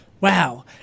Wow